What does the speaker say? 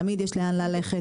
תמיד יש לאן ללכת,